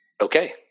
okay